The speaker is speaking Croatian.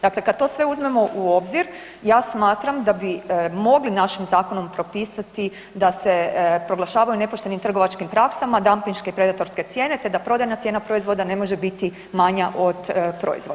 Dakle, kad to sve uzmemo u obzir, ja smatram da bi mogli našim zakonom propisati da se proglašavaju nepoštenim trgovačkim praksama dampinške i predatorske cijene te da prodajna cijena proizvoda ne može biti manja od proizvodne.